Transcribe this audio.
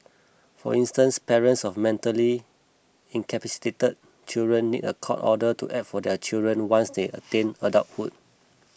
for instance parents of mentally incapacitated children need a court order to act for their children once they attain adulthood